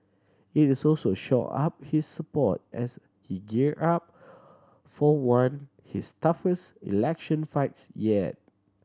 it is also shore up his support as he gear up for one his toughest election fights yet